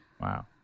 Wow